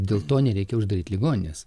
dėl to nereikia uždaryti ligoninės